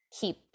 keep